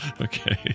Okay